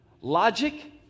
logic